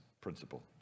principle